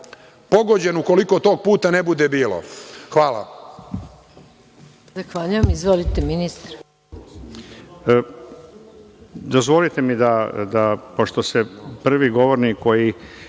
pogođen ukoliko tog puta ne bude bilo. Hvala.